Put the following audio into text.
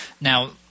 Now